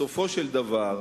בסופו של דבר,